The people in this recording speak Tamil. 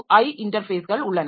ஐ இன்டர்ஃபேஸ்கள் உள்ளன